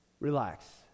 Relax